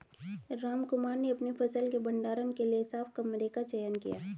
रामकुमार ने अपनी फसल के भंडारण के लिए साफ कमरे का चयन किया